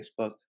Facebook